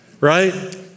right